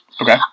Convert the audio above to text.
Okay